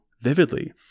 vividly